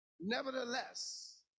Nevertheless